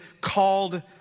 called